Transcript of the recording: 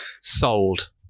sold